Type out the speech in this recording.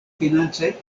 financaj